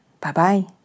Bye-bye